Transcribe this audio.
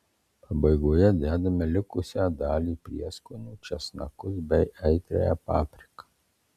pabaigoje dedame likusią dalį prieskonių česnakus bei aitriąją papriką